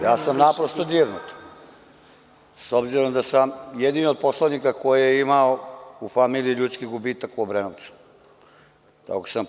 Ja sam naprosto dirnut, s obzirom da sam jedini od poslanika koji je imao u familiji ljudski gubitak u Obrenovcu.